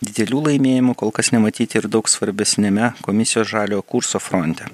didelių laimėjimų kol kas nematyti ir daug svarbesniame komisijos žaliojo kurso fronte